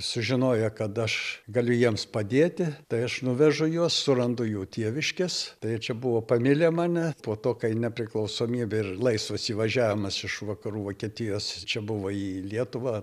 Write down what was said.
sužinoję kad aš galiu jiems padėti tai aš nuvežu juos surandu jų tėviškes tai čia buvo pamilę mane po to kai nepriklausomybė ir laisvas įvažiavimas iš vakarų vokietijos čia buvo į lietuvą